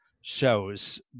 Shows